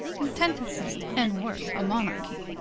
contenteth me, and worth a monarchy.